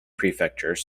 prefecture